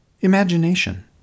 imagination